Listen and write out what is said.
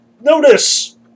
Notice